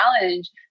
challenge